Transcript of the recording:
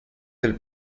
del